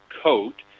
Coat